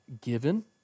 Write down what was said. given